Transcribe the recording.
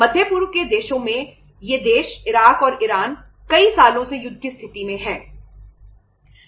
मध्य पूर्व के देशों में ये देश इराक और ईरान कई सालों से युद्ध की स्थिति में हैं